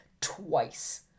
twice